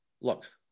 Look